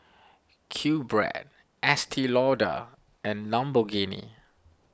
Qbread Estee Lauder and Lamborghini